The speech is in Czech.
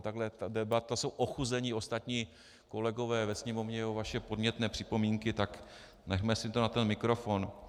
Takhle jsou ochuzení ostatní kolegové ve sněmovně o vaše podnětné připomínky, tak nechme si to na ten mikrofon.